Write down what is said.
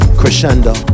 crescendo